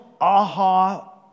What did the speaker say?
aha